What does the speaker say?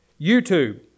YouTube